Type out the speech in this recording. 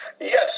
Yes